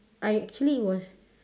I actually it was